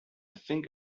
think